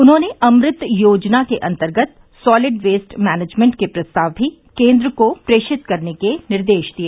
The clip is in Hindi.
उन्होंने अमृत योजना के अन्तर्गत सॉलिड वेस्ट मैनेजमेन्ट के प्रस्ताव भी केन्द्र को प्रेषित करने के निर्देश दिए